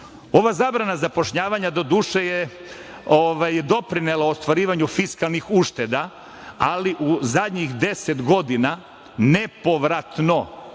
Ova zabrana zapošljavanja doduše je doprinela ostvarivanju fiskalnih ušteda, ali u zadnjih deset godina nepovratno